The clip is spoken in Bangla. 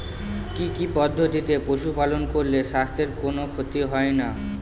কি কি পদ্ধতিতে পশু পালন করলে স্বাস্থ্যের কোন ক্ষতি হয় না?